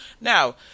Now